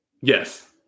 Yes